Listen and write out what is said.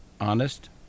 honest